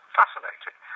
fascinating